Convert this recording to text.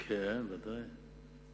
כן, ודאי שהיה.